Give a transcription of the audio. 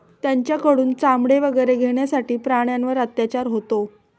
त्यांच्याकडून चामडे वगैरे घेण्यासाठी प्राण्यांवर अत्याचार होतो